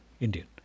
Indian